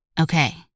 Okay